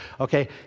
okay